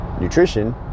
nutrition